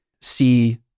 see